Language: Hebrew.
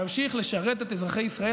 נמשיך לשרת את אזרחי ישראל,